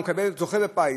הוא זוכה בפיס,